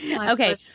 Okay